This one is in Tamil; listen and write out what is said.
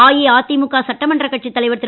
அஇஅதிமுக சட்டமன்றக் கட்சித் தலைவர் திரு